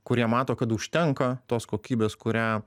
kurie mato kad užtenka tos kokybės kurią